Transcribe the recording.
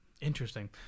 interesting